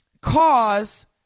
cause